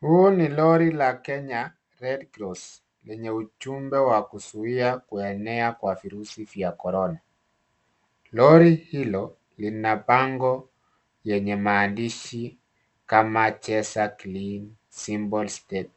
Huu ni lori la Kenya Red Cross lenye ujumbe wa kuzuia kuenea kwa virusi vya corona, lori hilo lina bango yenye maandishi kama cheza clean simple state